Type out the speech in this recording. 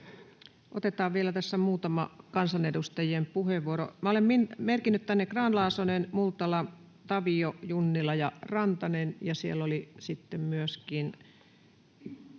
Otetaan tässä vielä muutama kansanedustajien puheenvuoro. Olen merkinnyt tänne Grahn-Laasosen, Multalan, Tavion, Junnilan ja Rantasen — ja siellä oli sitten